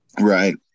Right